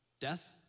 Death